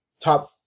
top